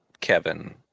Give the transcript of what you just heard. kevin